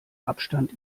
abstand